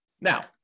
Now